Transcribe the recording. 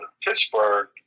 Pittsburgh